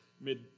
mid